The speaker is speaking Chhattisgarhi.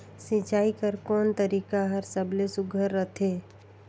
सिंचाई कर कोन तरीका हर सबले सुघ्घर रथे?